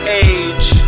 age